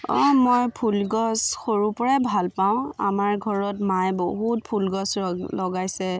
মই ফুলগছ সৰুৰ পৰাই ভাল পাওঁ আমাৰ ঘৰত মায়ে বহুত ফুল গছ ৰগ লগাইছে